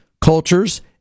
cultures